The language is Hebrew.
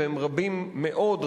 והם רבים מאוד,